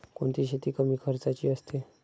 कोणती शेती कमी खर्चाची असते?